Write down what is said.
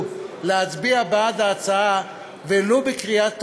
להצביע בעד ההצעה ולו בקריאה טרומית,